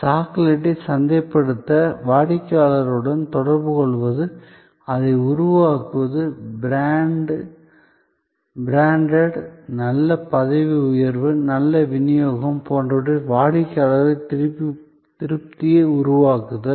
சாக்லேட்டை சசந்தைப்படுத்த வாடிக்கையாளர்களுடன் தொடர்புகொள்வது அதை உருவாக்குவது பிராண்ட் நல்ல பதவி உயர்வு நல்ல விநியோகம் போன்றவற்றில் வாடிக்கையாளர் திருப்தியை உருவாக்குதல்